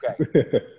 Okay